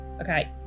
Okay